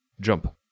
Jump